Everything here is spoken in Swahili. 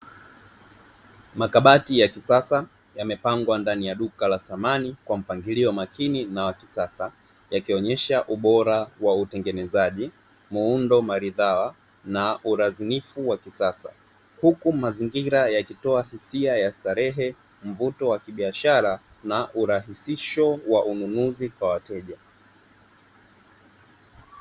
Makabati ya kisasa yamepangwa ndani ya duka la samani kwa mpangilio makini na wa kisasa yakionyesha ubora wa utengenezaji muundo maridhawa na urazinifu wa kisasa huku mazingira yakitoa hisia ya starehe, mvuto wa kibiashara na urahisisho wa ununuzi kwa wateja.